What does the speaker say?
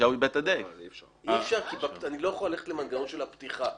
אי אפשר כי אני לא יכול ללכת למנגנון של הפתיחה.